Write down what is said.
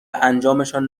انجامشان